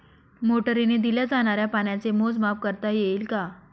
मोटरीने दिल्या जाणाऱ्या पाण्याचे मोजमाप करता येईल का?